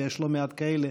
ויש לא מעט כאלה,